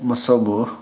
ꯃꯁꯥꯕꯨ